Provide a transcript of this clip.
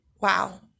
wow